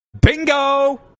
Bingo